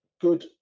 good